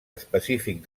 específic